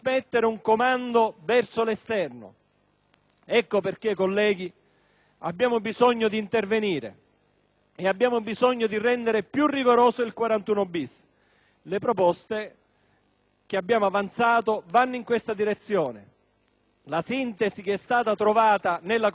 Ecco perché, colleghi, vi è bisogno di intervenire e di rendere più rigoroso il 41-*bis*. Le proposte che abbiano avanzato vanno in questa direzione e la sintesi che è stata trovata in Commissione va in tale direzione.